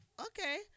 okay